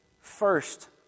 first